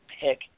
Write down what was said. pick